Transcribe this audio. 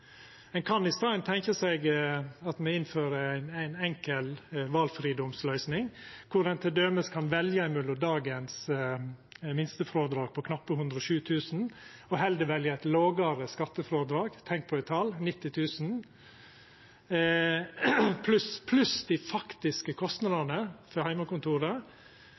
Ein kan i staden tenkja seg at me innfører ei enkel valfridomsløysing, der ein t.d. kan velja mellom dagens minstefrådrag på knappe 107 000 kr og eit lågare skattefrådrag, t.d. 90 000 kr, pluss dei faktiske kostnadene for heimekontoret,